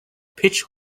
pitch